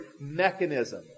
mechanism